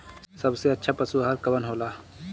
सबसे अच्छा पशु आहार कवन हो ला?